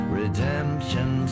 redemption